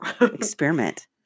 experiment